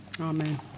Amen